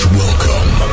welcome